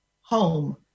home